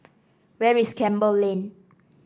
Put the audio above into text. where is Campbell Lane